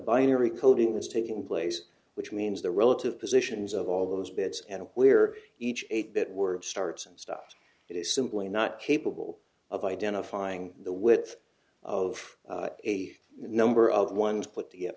binary coding is taking place which means the relative positions of all those bits and where each eight bit word starts and stops it is simply not capable of identifying the width of a number of one to put together